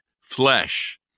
flesh